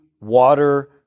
water